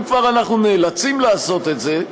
אם כבר אנחנו נאלצים לעשות את זה,